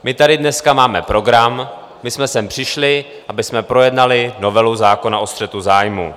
My tady dneska máme program, my jsme sem přišli, abychom projednali novelu zákona o střetu zájmů.